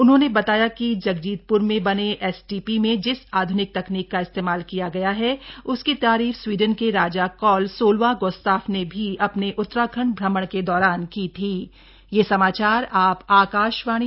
उन्होंने बताया कि जगजीतप्र में बने एसटीपी में जिस आध्निक तकनीक का इस्तेमाल किया गया है उसकी तारीफ स्वीडन के राजा कार्ल सोलहवां ग्स्ताफ ने भी अपने उत्तराखंड भ्रमण के दौरान की थी